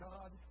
God